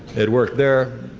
it worked there,